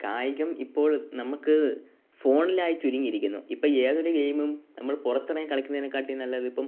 കായികം ഇപ്പോൾ നമ്മൾക്ക് ഫോണിലായി ചുരുങ്ങിയിരിക്കുന്നു ഇപ്പോൾ ഏതൊരു ഗെയിമും നമ്മൾ പുറത്തിറങ്ങി കളിക്കുന്നതിനേക്കാളും നല്ലത് ഇപ്പം